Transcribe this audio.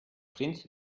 prinz